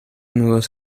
nudos